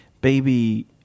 Baby